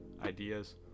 ideas